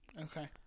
Okay